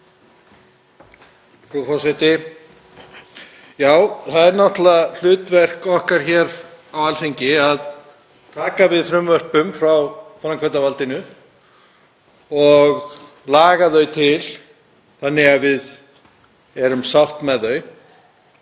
hlutverk okkar hér á Alþingi að taka við frumvörpum frá framkvæmdarvaldinu og laga þau til þannig að við séum sátt við þau.